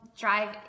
drive